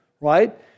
right